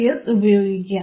S ഉപയോഗിക്കാം